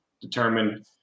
determine